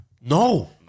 No